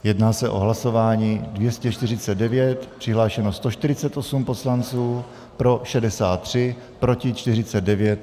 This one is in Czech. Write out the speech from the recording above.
Jedná se o hlasování 249, přihlášeno 148 poslanců, pro 63, proti 49.